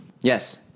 Yes